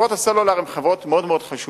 חברות הסלולר הן חברות מאוד מאוד חשובות